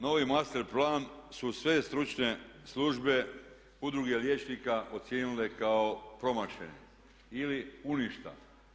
Novi master plan su sve stručne službe, udruge liječnika ocijenile kao promašenim ili u ništa.